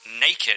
naked